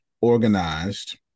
organized